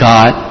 God